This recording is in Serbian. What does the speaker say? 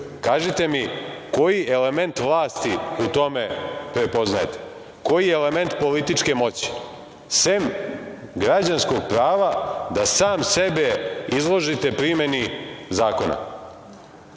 Kažite mi, koji element vlasti u tome prepoznajete? Koji element političke moći sem građanskog prava da sam sebe izložite primeni zakona? Nisam